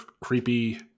creepy